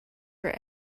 for